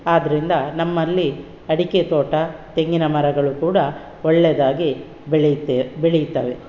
ಆದ್ದರಿಂದ ನಮ್ಮಲ್ಲಿ ಅಡಿಕೆ ತೋಟ ತೆಂಗಿನ ಮರಗಳು ಕೂಡ ಒಳ್ಳೆದಾಗಿ ಬೆಳೆಯಿತೆ ಬೆಳೆಯುತ್ತವೆ